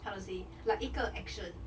how to say like 一个 action